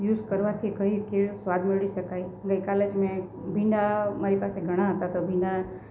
use કરવાથી કઈ કેવો સ્વાદ મેળવી શકાય ગઇકાલે જ મેં ભીંડા મારી પાસે ઘણાં હતા તો ભીંડા